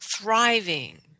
thriving